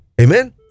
amen